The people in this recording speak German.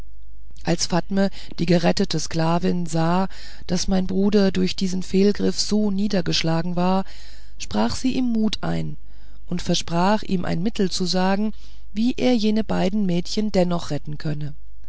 als fatme die gerettete sklavin sah daß mein bruder durch diesen fehlgriff so niedergeschlagen sei sprach sie ihm mut ein und versprach ihm ein mittel zu sagen wie er jene beiden mädchen dennoch retten könne